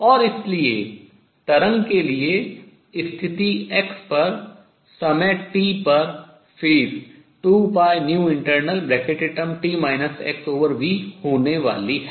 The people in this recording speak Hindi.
और इसलिए तरंग के लिए स्थिति x पर समय t पर phase कला 2internalt xv होने वाली है